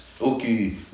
Okay